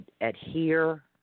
adhere